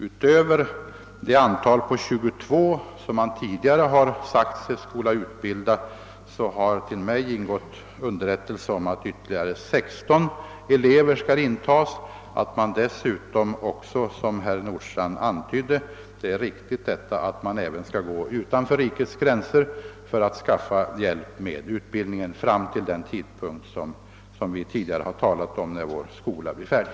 Utöver de 22 elever som man tidigare har sagt skall utbildas har till mig inkommit underrättelse om att ytterligare 16 skall komma i fråga för denna utbildning, och att man dessutom — som herr Nordstrandh antydde — skall gå utanför rikets gränser för att skaffa hjälp med utbildningen fram till den tidpunkt när vår skola blir färdig.